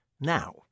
now